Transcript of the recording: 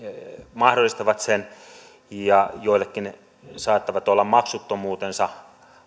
mahdollistavat sen ja joillekin saattavat olla maksuttomuutensa